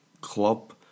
club